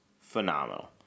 phenomenal